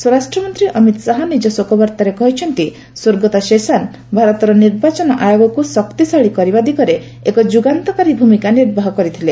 ସ୍ୱରାଷ୍ଟ୍ରମନ୍ତ୍ରୀ ଅମିତ ଶାହା ନିଜ ଶୋକବାର୍ତ୍ତାରେ କହିଛନ୍ତି ଶେଷାନ ଭାରତର ନିର୍ବାଚନ ଆୟୋଗକୁ ସୁଦୃଢ଼ କରିବା ଦିଗରେ ଏକ ଯୁଗାନ୍ତକାରୀ ଭୂମିକା ନିର୍ବାହ କରିଥିଲେ